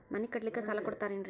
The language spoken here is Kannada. ಮನಿ ಕಟ್ಲಿಕ್ಕ ಸಾಲ ಕೊಡ್ತಾರೇನ್ರಿ?